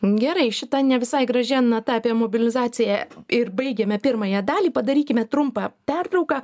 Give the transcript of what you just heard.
gerai šita ne visai gražia nata apie mobilizaciją ir baigiame pirmąją dalį padarykime trumpą pertrauką